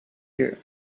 year